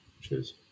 cheers